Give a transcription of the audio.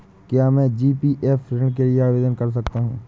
क्या मैं जी.पी.एफ ऋण के लिए आवेदन कर सकता हूँ?